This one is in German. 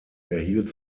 erhielt